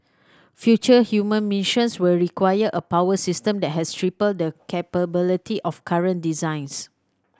future human missions will require a power system that has triple the capability of current designs